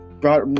brought